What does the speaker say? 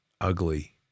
ugly